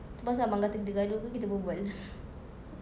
itu pasal abang kata kita gaduh ke kita berbual